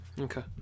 Okay